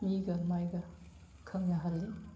ꯃꯤꯒ ꯃꯥꯏꯒ ꯈꯪꯅꯍꯜꯂꯤ